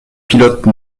pilote